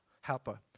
helper